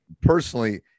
personally